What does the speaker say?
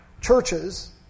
churches